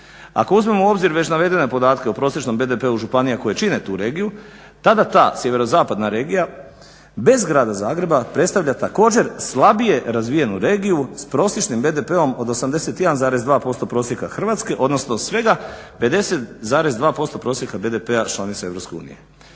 Ako uzmemo u obzir već navedene podakte o prosječno BDP-u županija koje čine tu regiju tada ta sjeverozapadna regija bez grada Zagreba predstavlja također slabije razvijenu regiju s prosječnim BDP-om od 81,2% prosjeka Hrvatske odnosno svega 50,2% prosjeka BDP članica EU. Lako je